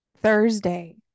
Thursday